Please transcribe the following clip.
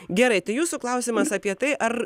gerai tai jūsų klausimas apie tai ar